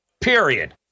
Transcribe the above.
period